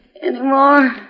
anymore